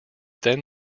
then